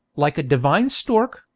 like a divine stork,